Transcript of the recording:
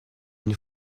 nous